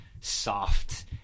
soft